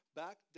back